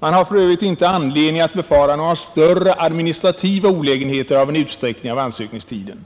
Man har för övrigt inte anledning att befara några större administrativa olägenheter av en utsträckning av ansökningstiden.